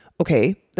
Okay